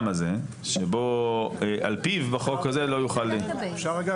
הזה שבו על פיו בחוק הזה לא יוכל --- י.ש.: אפשר רגע,